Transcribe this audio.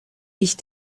ich